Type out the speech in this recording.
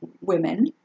women